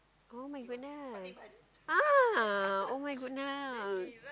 [oh]-my-goodness ah [oh]-my-goodness